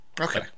Okay